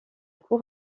cour